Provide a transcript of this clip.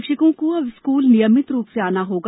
शिक्षकों को अब स्कूल नियमित रूप से आना होगा